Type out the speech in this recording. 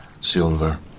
silver